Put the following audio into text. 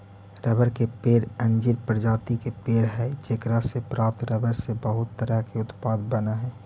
रबड़ के पेड़ अंजीर प्रजाति के पेड़ हइ जेकरा से प्राप्त रबर से बहुत तरह के उत्पाद बनऽ हइ